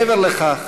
מעבר לכך,